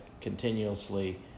continuously